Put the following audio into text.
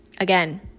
again